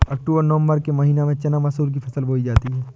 अक्टूबर नवम्बर के महीना में चना मसूर की फसल बोई जाती है?